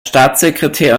staatssekretär